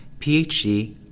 PhD